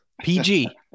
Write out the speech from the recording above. PG